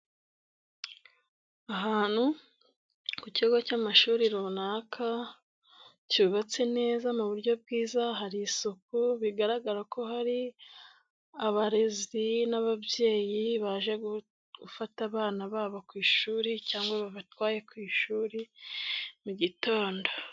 Ahantu ku kigo cy'amashuri runaka cyubatse neza mu buryo bwiza hari isuku. Bigaragara ko hari abarezi n'ababyeyi baje gufata abana babo ku ishuri cyangwa babatwaye ku ishuri mugitondo.